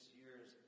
years